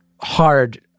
hard